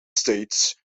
states